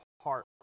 heart